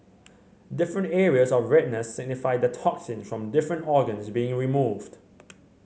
different areas of redness signify the toxins from different organs being removed